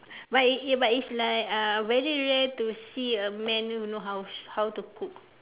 but is but is like uh very rare to see a man who knows how how to cook